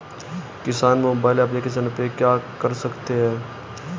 किसान mobile application पे क्या क्या कर सकते हैं?